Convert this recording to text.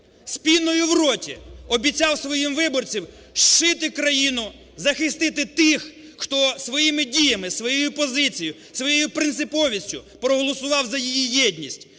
піною в роті обіцяв своїм виборцям зшити країну, захистити тих, хто своїми діями, своєю позицією, своєю принциповістю проголосував за її єдність